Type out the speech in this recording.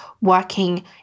working